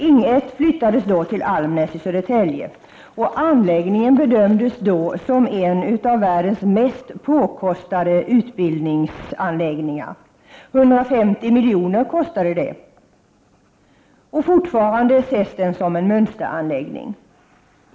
Ing 1 flyttades till Almnäs i Södertälje, och anläggningen bedömdes då som en av världens mest påkostade utbildningsanläggningar. 150 miljoner kostade den. Fortfarande anses den vara en mönsteranläggning.